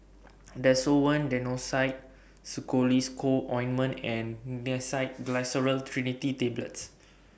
Desowen Co Ointment and Glyceryl Trinitrate Tablets